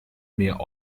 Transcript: mehr